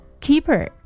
Keeper